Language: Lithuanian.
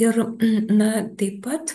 ir na taip pat